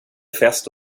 fest